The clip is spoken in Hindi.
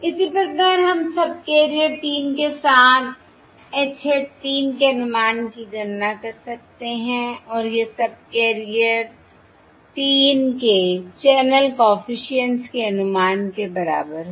इसी प्रकार हम सबकेरियर 3 के साथ H hat 3 के अनुमान की गणना कर सकते हैं और यह सबकेरियर 3 के चैनल कॉफिशिएंट्स के अनुमान के बराबर है